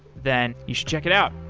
then you should check it out.